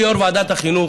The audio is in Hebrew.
כיו"ר ועדת החינוך,